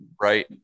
right